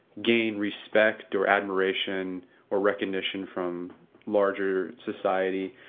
gain respect or admiration or recognition from larger society.